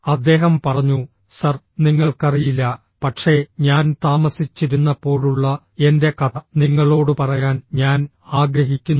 അദ്ദേഹം പറഞ്ഞു സർ നിങ്ങൾക്കറിയില്ല പക്ഷേ ഞാൻ താമസിച്ചിരുന്നപ്പോഴുള്ള എന്റെ കഥ നിങ്ങളോട് പറയാൻ ഞാൻ ആഗ്രഹിക്കുന്നു